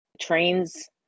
trains